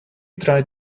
tried